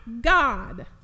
God